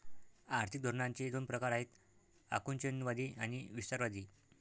आर्थिक धोरणांचे दोन प्रकार आहेत आकुंचनवादी आणि विस्तारवादी